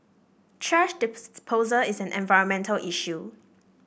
thrash is an environmental issue